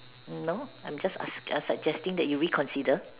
no I'm just ask a suggesting that you reconsider